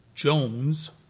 Jones